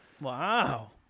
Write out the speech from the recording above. wow